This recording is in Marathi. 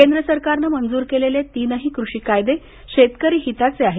केंद्र सरकारने मंजूर केलेली तीनही कृषी कायदे शेतकरी हिताची आहेत